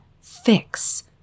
fix